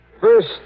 first